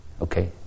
Okay